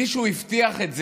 מישהו הבטיח את זה,